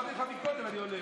אמרתי לך קודם, אני עולה.